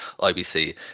IBC